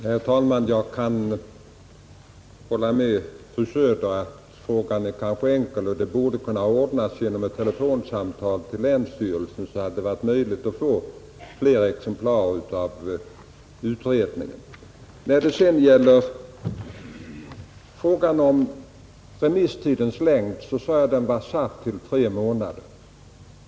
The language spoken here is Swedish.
Herr talman! Jag kan hålla med fru Söder om att frågan kanske är enkel och att saken borde kunna ordnas genom ett telefonsamtal till länsstyrelsen — då hade det varit möjligt att få flera exemplar av 15 När det gäller remisstidens längd sade jag att den var satt till tre månader.